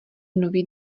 nový